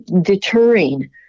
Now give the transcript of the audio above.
deterring